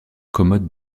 commodes